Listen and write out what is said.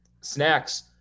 Snacks